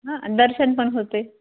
हां दर्शन पण होते